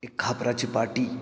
एक खापराची पाटी